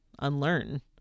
unlearn